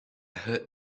heard